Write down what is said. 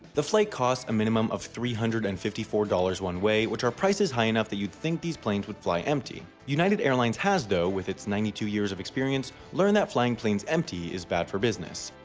the flight costs a minimum of three hundred and fifty four dollars one way which are prices high enough that you'd think these planes would fly empty. united airlines has, though, with its ninety two years of experience learned that flying planes empty is bad for business.